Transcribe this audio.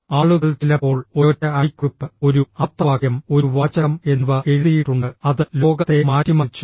ആളുകൾ ചിലപ്പോൾ ഒരൊറ്റ അടിക്കുറിപ്പ് ഒരു ആപ്തവാക്യം ഒരു വാചകം എന്നിവ എഴുതിയിട്ടുണ്ട് അത് ലോകത്തെ മാറ്റിമറിച്ചു